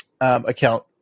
account